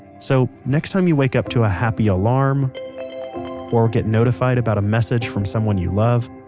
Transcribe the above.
so, next time you wake up to a happy alarm or get notified about a message from someone you love,